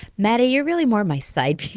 maddie, you're really more my side piece.